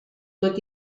tot